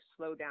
slowdown